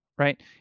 Right